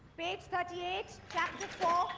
page thirty eight, chapter